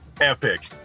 epic